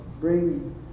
bring